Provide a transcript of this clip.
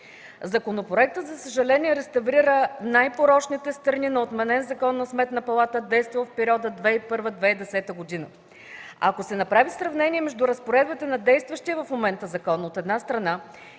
Законопроектът за съжаление реставрира най-порочните страни на отменен Закон за Сметна палата, действал в периода 2001-2010 г. Ако се направи сравнение между разпоредбата на действащия в момента закон, от една страна,